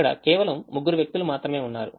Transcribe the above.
ఇక్కడ కేవలం ముగ్గురు వ్యక్తులు మాత్రమే ఉన్నారు